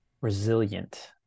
resilient